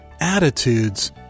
attitudes